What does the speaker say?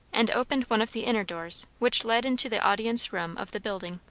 and opened one of the inner doors which led into the audience room of the building.